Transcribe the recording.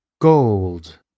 gold